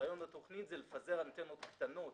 הרעיון בתוכנית הוא לפזר אנטנות קטנות